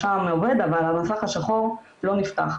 השע"ם עובד אבל המסך השחור לא נפתח,